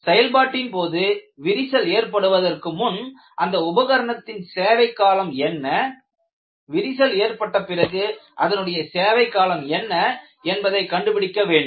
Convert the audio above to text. செயல்பாட்டின் போது விரிசல் ஏற்படுவதற்கு முன் அந்த உபகரணத்தின் சேவைக் காலம் என்ன விரிசல் ஏற்பட்ட பிறகு அதனுடைய சேவை காலம் என்ன என்பதை கண்டுபிடிக்க வேண்டும்